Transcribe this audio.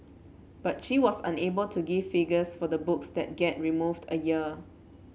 but she was unable to give figures for the books that get removed a year